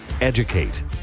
educate